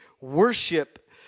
worship